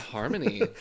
Harmony